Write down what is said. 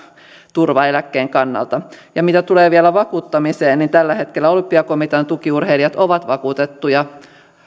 turva eläkkeen kannalta mitä tulee vielä vakuuttamiseen niin tällä hetkellä olympiakomitean tukiurheilijat ovat vakuutettuja